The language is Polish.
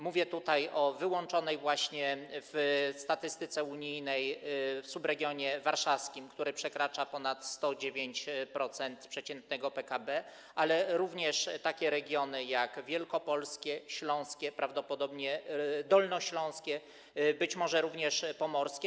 Mówię tutaj o wyłączonym właśnie w statystyce unijnej subregionie warszawskim, który przekracza ponad 109% przeciętnego PKB, ale również o takich regionach jak wielkopolskie, śląskie, prawdopodobnie dolnośląskie, być może również pomorskie.